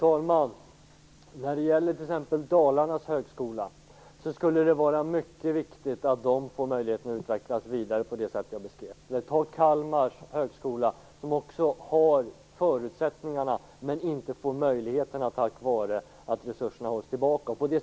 Fru talman! Det skulle var mycket viktigt att t.ex. Dalarnas högskola fick möjlighet att utvecklas vidare på det sätt som jag beskrev. Vi kan också se på Kalmar högskola, som har förutsättningarna men inte har möjligheterna på grund av resurserna har hållits tillbaka.